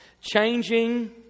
changing